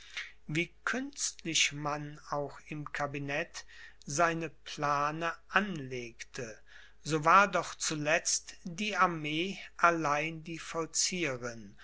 wie künstlich man auch im kabinet seine plane anlegte so war doch zuletzt die armee allein die vollzieherin